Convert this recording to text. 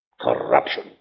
Corruption